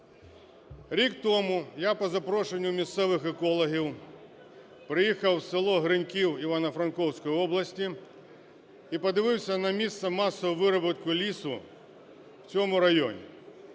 Рік тому я по запрошенню місцевих екологів приїхав в село Гриньків Івано-Франківської області і подивився на масову вирубку лісу в цьому районі.